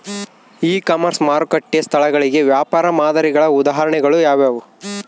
E commerce ಮಾರುಕಟ್ಟೆ ಸ್ಥಳಗಳಿಗೆ ವ್ಯಾಪಾರ ಮಾದರಿಗಳ ಉದಾಹರಣೆಗಳು ಯಾವುವು?